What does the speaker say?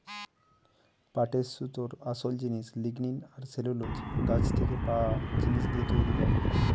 পাটের সুতোর আসোল জিনিস লিগনিন আর সেলুলোজ গাছ থিকে পায়া জিনিস দিয়ে তৈরি হয়